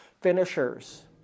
finishers